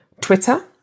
Twitter